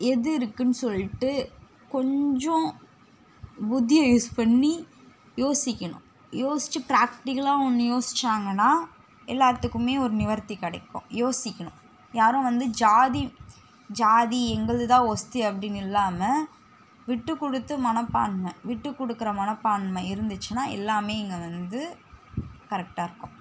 எது இருக்குதுன்னு சொல்லிட்டு கொஞ்சம் புத்தியை யூஸ் பண்ணி யோசிக்கணும் யோசித்து ப்ராக்டிக்கலா ஒன்று யோசிச்சாங்கன்னால் எல்லாத்துக்குமே ஒரு நிவர்த்தி கிடைக்கும் யோசிக்கணும் யாரும் வந்து ஜாதி ஜாதி எங்களது தான் ஒஸ்த்தி அப்படின்னு இல்லாமல் விட்டு கொடுத்து மனப்பான்மை விட்டுக் கொடுக்குற மனப்பான்மை இருந்துச்சுன்னால் எல்லாமே இங்கே வந்து கரெக்டாக இருக்கும்